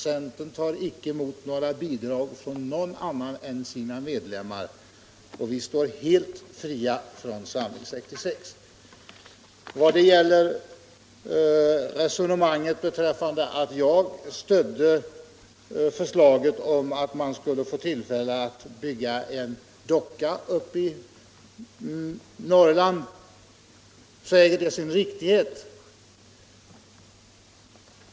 Centern tar icke emot bidrag från några andra än sina medlemmar. Vi står helt fria från Samling 66. Att jag stödde förslag om att man skulle få tillfälle att bygga en docka uppe i Norrland äger sin riktighet.